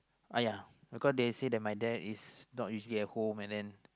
!aiya! because they say that my dad is not usually at home and then